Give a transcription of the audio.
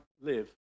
live